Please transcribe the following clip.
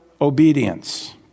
obedience